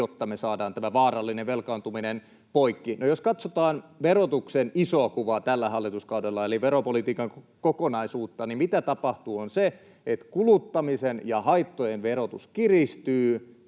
jotta me saadaan tämä vaarallinen velkaantuminen poikki. No, jos katsotaan verotuksen isoa kuvaa tällä hallituskaudella eli veropolitiikan kokonaisuutta, niin se, mitä tapahtuu, on se, että kuluttamisen ja haittojen verotus kiristyy,